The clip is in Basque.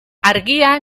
argia